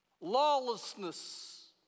lawlessness